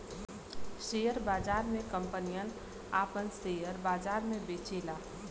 share बाजार मे कंपनियन आपन सेअर बाजार मे बेचेला